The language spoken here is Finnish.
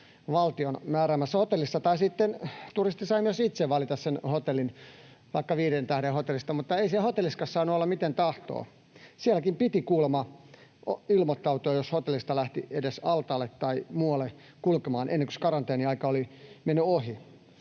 valtion määräämässä hotellissa, tai sitten turisti sai myös itse valita sen hotellin, vaikka viiden tähden hotellin, mutta ei siellä hotellissakaan saanut olla miten tahtoo. Sielläkin piti kuulemma ilmoittautua, jos hotellista lähti edes altaalle tai muualle kulkemaan ennen kuin se karanteeniaika oli mennyt ohi.